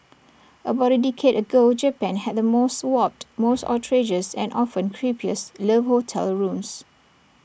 about A decade ago Japan had the most warped most outrageous and often creepiest love hotel rooms